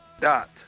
dot